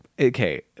okay